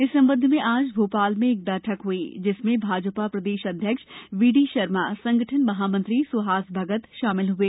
इस संबंध में आज भोपाल में एक बैठक हुई जिसमें भाजपा प्रदेश अध्यक्ष बी डी शर्मा संगठन महामंत्री सुहास भगत शामिल हुए